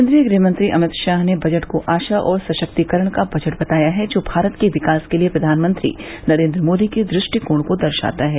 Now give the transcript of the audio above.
केन्द्रीय गृहमंत्री अमित शाह ने बजट को आशा और सशक्तिकरण का बजट बताया है जो भारत के विकास के लिए प्रधानमंत्री नरेन्द्र मोदी के दृष्टिकोण को दर्शाता है